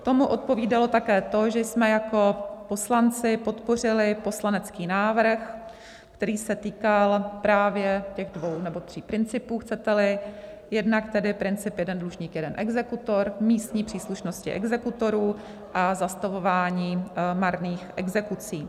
Tomu odpovídalo také to, že jsme jako poslanci podpořili poslanecký návrh, který se týkal právě těch dvou nebo tří principů, chceteli, jednak tedy princip jeden dlužník jeden exekutor, místní příslušnosti exekutorů a zastavování marných exekucí.